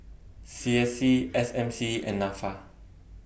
C S C S M C and Nafa